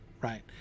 right